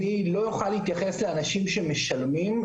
אני לא אוכל להתייחס לאנשים שמשלמים.